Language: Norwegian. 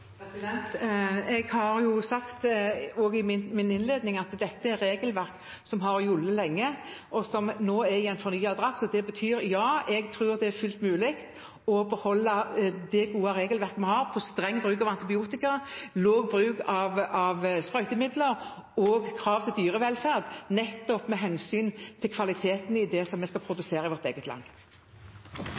Jeg har jo sagt, også i min innledning, at dette er regelverk som har gjeldt lenge, og som nå er i en fornyet drakt. Det betyr at jeg tror det er fullt mulig å beholde det gode regelverket vi har på streng bruk av antibiotika, lav bruk av sprøytemidler og krav til dyrevelferd, nettopp med hensyn til kvaliteten i det som vi skal produsere i vårt eget land.